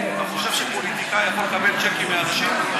אתה חושב שפוליטיקאי יכול לקבל צ'קים מאנשים?